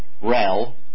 Rel